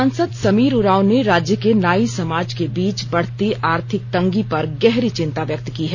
सांसद समीर उरांव ने राज्य के नाई समाज के बीच बढ़ती आर्थिक तंगी पर गहरी चिंता व्यक्त की है